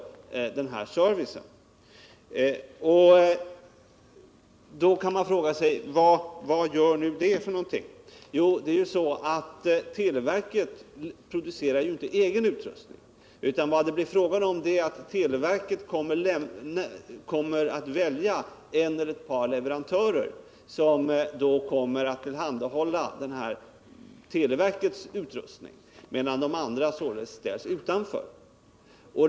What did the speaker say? Då kan man fråga sig: Vad gör nu det för någonting? Jo, televerket producerar ju inte någon egen utrustning, utan vad det blir fråga om är att televerket kommer att välja en eller ett par leverantörer som tillhandahåller televerkets utrustning, medan de andra ställs utanför.